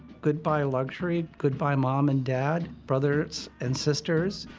goodbye, luxury. goodbye, mom and dad, brothers and sisters.